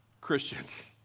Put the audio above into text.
Christians